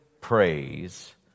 praise